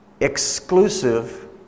Exclusive